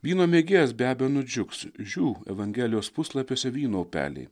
vyno mėgėjas be abejo nudžiugs žiū evangelijos puslapiuose vyno upeliai